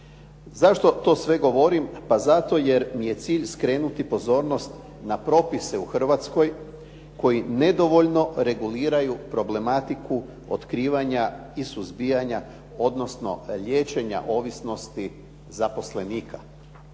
Zašto to sve govorim? Pa zato jer mi je cilj skrenuti pozornost na propise u Hrvatskoj koji nedovoljno reguliraju problematiku otkrivanja i suzbijanja odnosno liječenja ovisnosti zaposlenika.